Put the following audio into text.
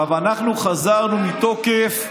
עכשיו, אנחנו חזרנו מתוקף,